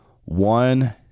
one